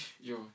yo